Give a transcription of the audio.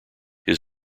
his